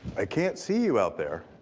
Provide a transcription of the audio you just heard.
i can't see you out there.